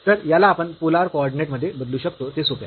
तर याला आपण पोलर कॉर्डिनेट मध्ये बदलू शकतो ते सोपे आहे